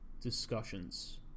Discussions